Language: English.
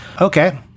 Okay